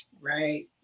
Right